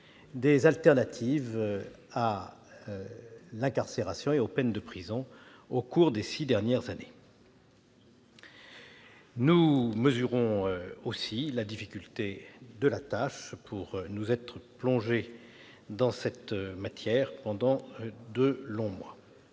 aux alternatives à l'incarcération et aux peines de prison au cours des six dernières années. Nous mesurons la difficulté de la tâche, pour nous être plongés dans cette matière pendant de longs mois.